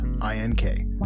i-n-k